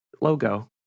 logo